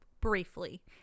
briefly